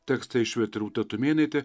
tekstą išvertė rūta tumėnaitė